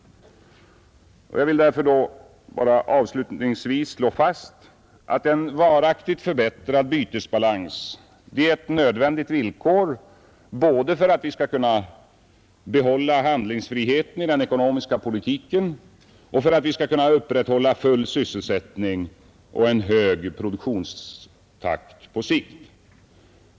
Jag vill därför bara avslutningsvis slå fast att en varaktigt förbättrad bytesbalans är ett nödvändigt villkor både för att vi skall kunna behålla handlingsfriheten i den ekonomiska politiken och för att vi skall kunna upprätthålla full sysselsättning och en hög produktionstakt på sikt.